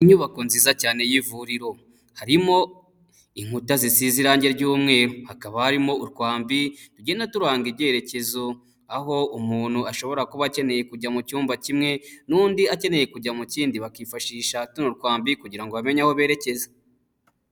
Inyubako nziza cyane y'ivuriro, harimo inkuta zisize irange ry'umweru, hakaba harimo utwambi tugenda turanga ibyerekezo aho umuntu ashobora kuba akeneye kujya mu cyumba kimwe n'undi akeneye kujya mu kindi, bakifashisha tuno twambi kugira ngo bamenye aho berekeza.